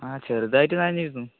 ആ ചെറുതായിട്ട് നനഞ്ഞിരുന്നു